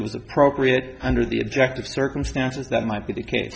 it was appropriate under the objective circumstances that might be the case